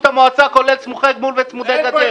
המועצה כולל סמוכי גבול וצמודי גדר.